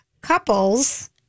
couples